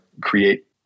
create